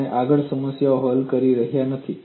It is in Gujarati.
તમે આગળ સમસ્યા હલ કરી રહ્યા નથી